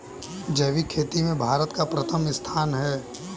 जैविक खेती में भारत का प्रथम स्थान है